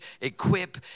equip